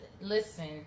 listen